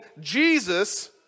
Jesus